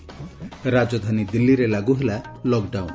ରାଜଧାନୀ ଦିଲ୍ଲୀରେ ଲାଗୁ ହେଲା ଲକ୍ଡାଉନ୍